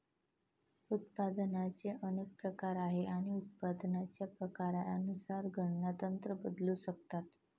उत्पादनाचे अनेक प्रकार आहेत आणि उत्पादनाच्या प्रकारानुसार गणना तंत्र बदलू शकतात